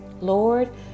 Lord